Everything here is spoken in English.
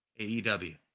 AEW